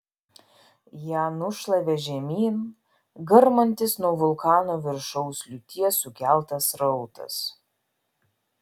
ją nušlavė žemyn garmantis nuo vulkano viršaus liūties sukeltas srautas